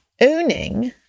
owning